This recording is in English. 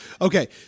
Okay